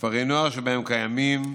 כפרי נוער שבהם קיימים